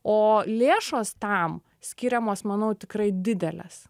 o lėšos tam skiriamos manau tikrai didelės